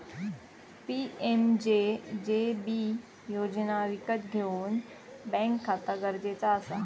PMJJB योजना विकत घेऊक बॅन्क खाता गरजेचा असा